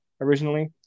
originally